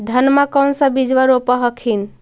धनमा कौन सा बिजबा रोप हखिन?